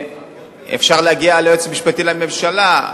אפשר להגיע ליועץ המשפטי לממשלה,